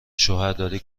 شوهرداری